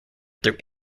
through